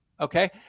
Okay